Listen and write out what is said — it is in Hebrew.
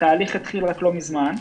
התהליך התחיל לא מזמן.